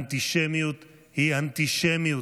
אנטישמיות היא אנטישמיות.